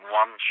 one